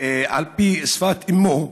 על פי שפת אימו,